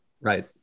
Right